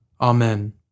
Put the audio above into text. Amen